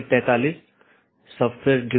आज हम BGP पर चर्चा करेंगे